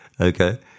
Okay